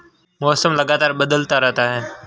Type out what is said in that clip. मौसम लगातार बदलता रहता है